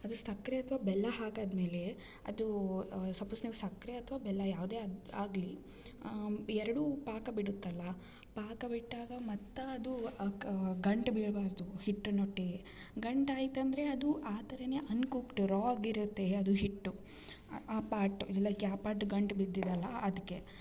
ಅದು ಸಕ್ಕರೆ ಅಥ್ವ ಬೆಲ್ಲ ಹಾಕಾದ್ಮೇಲೆ ಅದು ಸಪೋಸ್ ನೀವು ಸಕ್ಕರೆ ಅಥ್ವ ಬೆಲ್ಲ ಯಾವುದೇ ಆಗಲಿ ಎರಡೂ ಪಾಕ ಬಿಡುತ್ತಲ್ಲ ಪಾಕ ಬಿಟ್ಟಾಗ ಮತ್ತು ಅದು ಕ ಗಂಟು ಬೀಳಬಾರ್ದು ಹಿಟ್ಟಿನೊಟ್ಟಿಗೆ ಗಂಟು ಆಯ್ತು ಅಂದರೆ ಅದು ಆ ಥರ ಅನ್ ಕುಕ್ಡ್ ರಾ ಆಗಿರುತ್ತೆ ಅದು ಹಿಟ್ಟು ಆ ಪಾರ್ಟು ಲೈಕ್ ಆ ಪಾರ್ಟ್ ಗಂಟು ಬಿದ್ದಿದೆ ಅಲ್ಲ ಅದ್ಕೆ